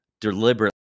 deliberately